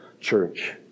church